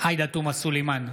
עאידה תומא סלימאן,